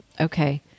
Okay